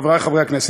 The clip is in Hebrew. חברי חברי הכנסת,